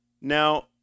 Now